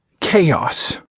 Chaos